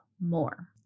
more